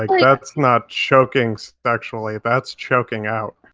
like, that's not choking s-xually, that's choking out.